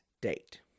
date